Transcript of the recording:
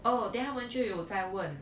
oh then 他们就有再问